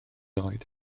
oed